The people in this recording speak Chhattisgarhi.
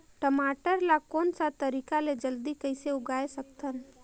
टमाटर ला कोन सा तरीका ले जल्दी कइसे उगाय सकथन?